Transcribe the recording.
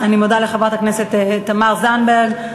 אני מודה לחברת הכנסת תמר זנדברג.